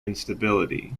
instability